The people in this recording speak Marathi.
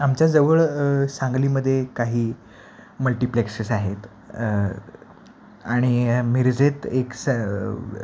आमच्याजवळ सांगलीमध्ये काही मल्टिप्लेक्सेस आहेत आणि मिरजेत एक स